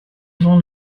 vent